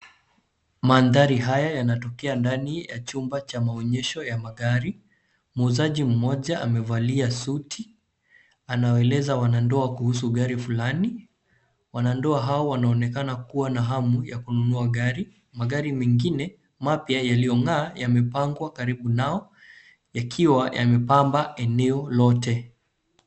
Mandhari haya yanatokea ndani ya chumba cha maonyesho ya magari. Muuzaji mmoja amevalia suti anawaeleza wanandoa kuhusu gari fulani. Wanandoa hao wanaonekana kuwa na hamu ya kununua gari. Magari mengine mapya yaliyong'aa yamepangwa karibu nao yakiwa yamepamba eneo lote.